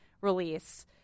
release